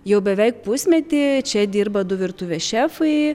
jau beveik pusmetį čia dirba du virtuvės šefai